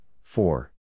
four